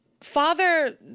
Father